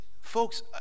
folks